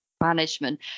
management